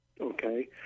Okay